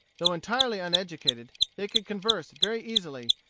though entirely uneducated, they could converse very easily,